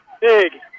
big